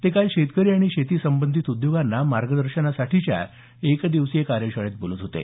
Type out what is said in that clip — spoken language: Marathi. ते काल शेतकरी आणि शेती संबंधित उद्योगांना मार्गदर्शनासाठीच्या एक दिवसीय कार्यशाळेत बोलत होते